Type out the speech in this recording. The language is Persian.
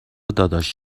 داداش